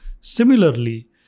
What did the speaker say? Similarly